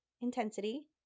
intensity